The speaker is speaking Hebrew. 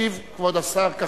ישיב כבוד השר כחלון,